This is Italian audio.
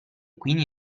quindi